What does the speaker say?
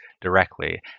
directly